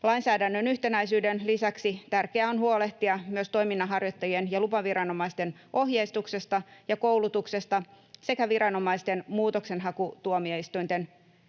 Lainsäädännön yhtenäisyyden lisäksi tärkeää on huolehtia myös toiminnanharjoittajien ja lupaviranomaisten ohjeistuksesta ja koulutuksesta sekä viranomaisten ja muutoksenhakutuomioistuinten